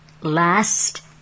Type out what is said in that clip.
last